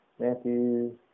Matthew